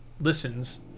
listens